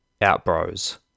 Outbros